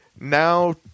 now